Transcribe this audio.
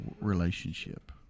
relationship